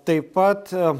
taip pat